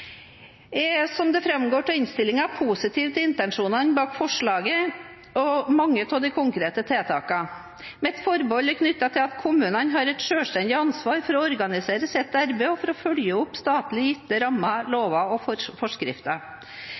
er, som det framgår av innstillingen, positiv til intensjonene bak forslaget og til mange av de konkrete tiltakene. Mitt forbehold er knyttet til at kommunene har et selvstendig ansvar for å organisere sitt arbeid og for å følge opp statlig gitte rammer, lover og forskrifter. En kompetansereform for